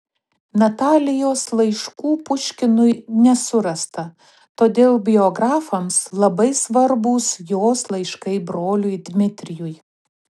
natalijos laiškų puškinui nesurasta todėl biografams labai svarbūs jos laiškai broliui dmitrijui